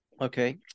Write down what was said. Okay